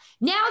Now